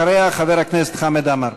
אחריה, חבר הכנסת חמד עמאר.